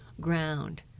ground